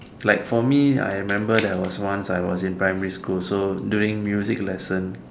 like for me I remember there was once I was in primary school so during music lesson